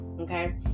okay